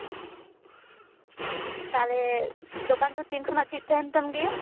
ᱛᱟᱦᱞᱮ ᱫᱚᱠᱟᱱ ᱫᱚ ᱛᱤᱱ ᱠᱷᱚᱱᱟᱜ ᱡᱷᱤᱡ ᱛᱟᱦᱮᱱ ᱛᱟᱢ ᱜᱮᱭᱟ